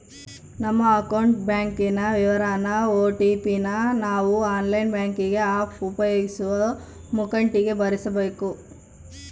ನಮ್ಮ ಅಕೌಂಟ್ ಬ್ಯಾಂಕಿನ ವಿವರಾನ ಓ.ಟಿ.ಪಿ ನ ನಾವು ಆನ್ಲೈನ್ ಬ್ಯಾಂಕಿಂಗ್ ಆಪ್ ಉಪಯೋಗಿಸೋ ಮುಂಕಟಿಗೆ ಭರಿಸಬಕು